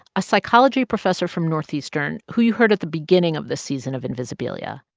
a psychology professor from northeastern, who you heard at the beginning of the season of invisibilia.